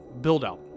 Buildout